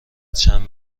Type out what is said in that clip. چند